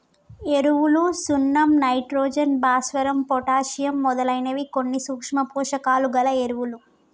ఎరువులు సున్నం నైట్రోజన్, భాస్వరం, పొటాషియమ్ మొదలైనవి కొన్ని సూక్ష్మ పోషకాలు గల ఎరువులు